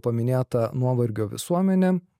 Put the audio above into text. paminėta nuovargio visuomenė